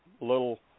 little